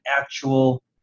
actual